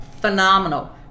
phenomenal